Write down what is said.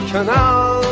Canal